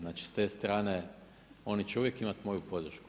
Znači s te strane oni će uvijek imati moju podršku.